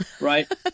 right